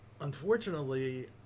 unfortunately